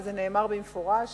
וזה נאמר במפורש